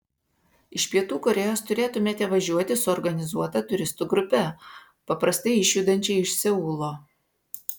iš pietų korėjos turėtumėte važiuoti su organizuota turistų grupe paprastai išjudančia iš seulo